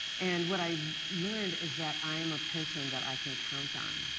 and what i learned is that i am a person that i can count on.